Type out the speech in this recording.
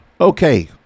Okay